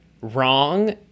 wrong